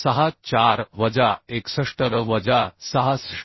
64वजा 61 वजा 66